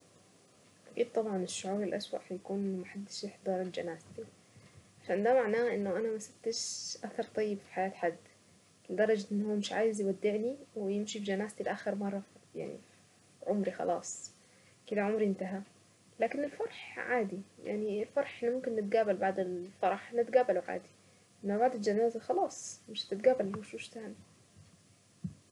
اكيد طبعا الشعور الاسوء هيكون ما حدش يحضر جنازتي عشان ده معناه انه انا ما سبتش اثر طيب في حياة حد لدرجة ان هو مش عايز يودعني ويمشي بجنازتي لاخر مرة يعني في عمري خلاص كده عمري انتهى لكن الفرح عادي يعني الفرح احنا ممكن نتقابل بعد الفرح نتقابله عادي انما بعد الجنازة خلاص مش هتتقابل الوشوش تاني.